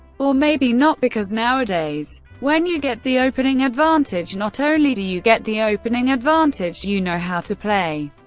or maybe not, because nowadays when you get the opening advantage not only do you get the opening advantage, you know how to play,